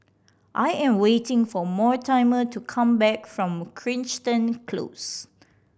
I am waiting for Mortimer to come back from Crichton Close